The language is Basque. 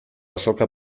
azoka